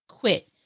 Quit